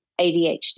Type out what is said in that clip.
ADHD